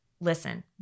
listen